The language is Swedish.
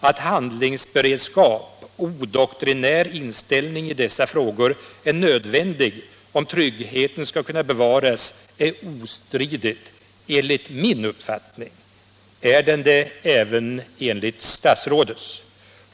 Att handlingsberedskap och odoktrinär inställning i dessa frågor är nödvändig om tryggheten skall kunna bevaras är obestridligt enligt min uppfattning. Är det även statsrådets uppfattning?